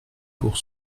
pour